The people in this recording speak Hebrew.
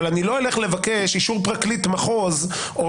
אבל אני לא אלך לבקש אישור פרקליט מחוז או